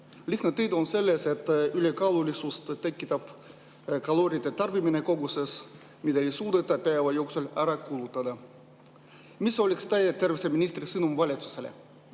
Lihtne tõde on selles, et ülekaalulisust tekitab kalorite tarbimine koguses, mida ei suudeta päeva jooksul ära kulutada. Mis oleks teie, terviseministri sõnum valitsusele?